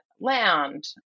land